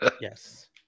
Yes